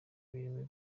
birimo